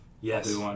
Yes